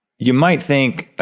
you might think,